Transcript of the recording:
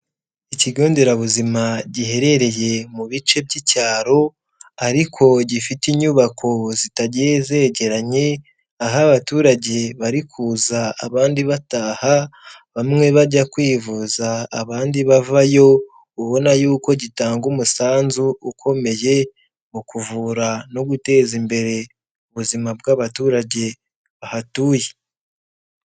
Ikigo nderabuzima giherereye mu bice by'icyaro, ariko gifite inyubako zitagiye zegeranye, aho abaturage bari kuza, abandi bataha, bamwe bajya kwivuza abandi bavayo, ubona ko gitanga umusanzu ukomeye mu kuvura no guteza imbere ubuzima bw'abaturage bahatuye.